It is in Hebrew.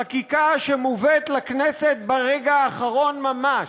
חקיקה שמובאת לכנסת ברגע האחרון ממש,